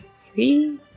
three